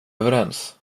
överens